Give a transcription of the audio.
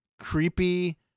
creepy